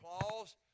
applause